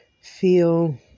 feel